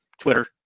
Twitter